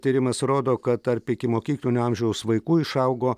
tyrimas rodo kad tarp ikimokyklinio amžiaus vaikų išaugo